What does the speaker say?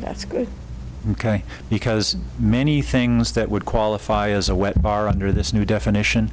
that's ok because many things that would qualify as a wet bar under this new definition